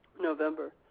November